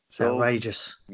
outrageous